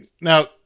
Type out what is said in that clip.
Now